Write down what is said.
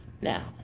Now